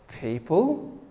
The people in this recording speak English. people